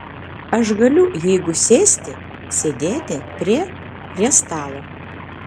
aš galiu jeigu sėsti sėdėti prie prie stalo